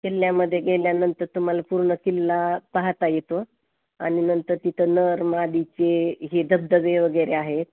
किल्ल्यामध्ये गेल्यानंतर तुम्हाला पूर्ण किल्ला पाहता येतो आणि नंतर तिथं नरमादीचे हे धबधबे वगैरे आहेत